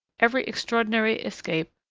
every extraordinary escape,